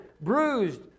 bruised